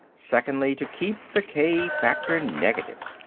secondly to keep the k-factor negative.